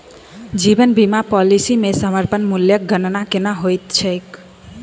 जीवन बीमा पॉलिसी मे समर्पण मूल्यक गणना केना होइत छैक?